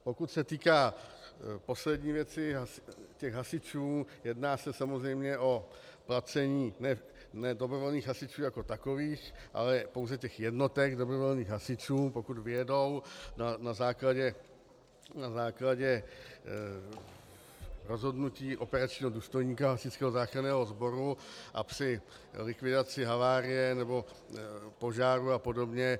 Pokud se týká poslední věci, hasičů, jedná se samozřejmě o placení ne dobrovolných hasičů jako takových, ale pouze těch jednotek dobrovolných hasičů, pokud vyjedou na základě rozhodnutí operačního důstojníka hasičského záchranného sboru a při likvidaci havárie nebo požáru apod.